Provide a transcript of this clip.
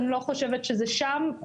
אני לא חושבת שזה שם.